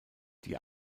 die